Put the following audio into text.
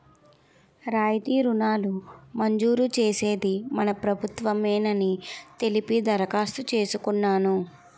రాయితీ రుణాలు మంజూరు చేసేది మన ప్రభుత్వ మేనని తెలిసి దరఖాస్తు చేసుకున్నాను